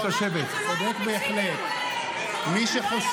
חברת הכנסת מירב בן ארי.